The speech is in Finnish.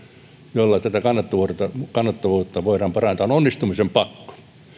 joilla tätä kannattavuutta voidaan parantaa on onnistumisen pakko